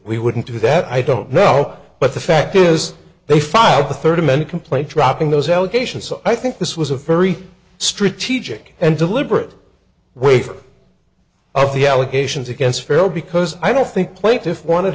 we wouldn't do that i don't know but the fact is they filed the third amended complaint dropping those allegations so i think this was a very strategic and deliberate way for of the allegations against farrell because i don't think plaintiff wanted